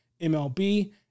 MLB